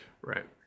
right